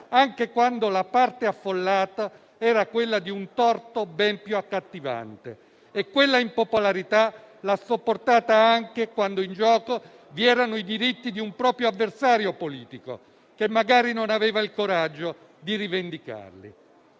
anche quando la parte affollata era quella di un torto ben più accattivante, e quella impopolarità l'ha sopportata anche quando in gioco vi erano i diritti di un proprio avversario politico che magari non aveva il coraggio di rivendicarli.